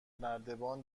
نردبان